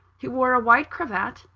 he wore a white cravat,